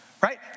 right